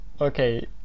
Okay